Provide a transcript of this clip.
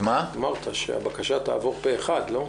אמרת שהבקשה תעבור פה אחד, לא?